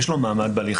יש לו מעמד בהליך.